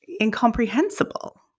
incomprehensible